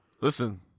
Listen